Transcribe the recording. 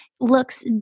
looks